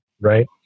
right